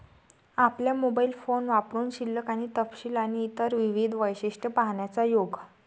आपला mobile phone वापरुन शिल्लक आणि तपशील आणि इतर विविध वैशिष्ट्ये पाहण्याचा योग